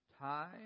time